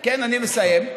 כן, אני מסיים.